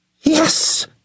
Yes